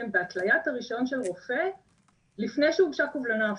בהתליית הרישיון של רופא לפני שהוגשה קובלנה אפילו.